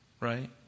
right